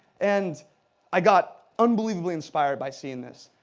and i got unbelievably inspired by seeing this,